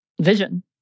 Vision